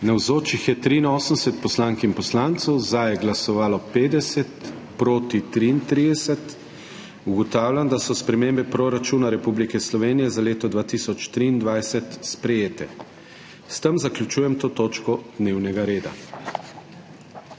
Navzočih je 83 poslank in poslancev, za je glasovalo 50, proti 33. (Za je glasovalo 50.) (Proti 33.) Ugotavljam, da so spremembe proračuna Republike Slovenije za leto 2023 sprejete. S tem zaključujem to točko dnevnega reda.